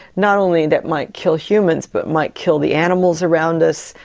not only that might kill humans but might kill the animals around us,